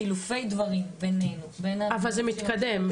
גם חילופי הדברים בינך לבין --- אבל זה מתקדם,